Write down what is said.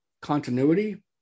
continuity